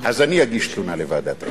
אז אני אגיש תלונה לוועדת האתיקה,